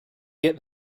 get